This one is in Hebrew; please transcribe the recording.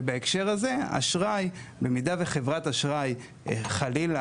ובהקשר הזה במידה וחברת אשראי חלילה,